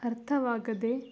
ಅರ್ಥವಾಗದೆ